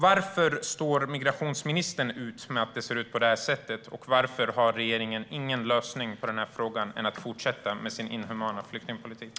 Varför står migrationsministern ut med att det ser ut på det här sättet, och varför har regeringen ingen annan lösning på denna fråga än att fortsätta med sin inhumana flyktingpolitik?